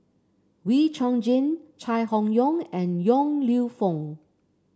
Wee Chong Jin Chai Hon Yoong and Yong Lew Foong